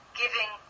giving